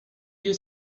you